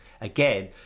Again